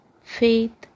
faith